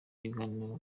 ibiganiro